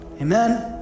Amen